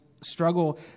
struggle